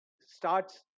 starts